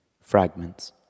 fragments